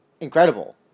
incredible